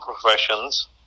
professions